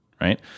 right